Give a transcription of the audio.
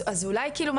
אז אולי כאילו,